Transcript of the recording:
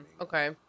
Okay